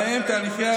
ובהם תהליכי,